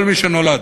כל מי שנולד